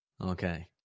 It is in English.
Okay